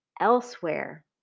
elsewhere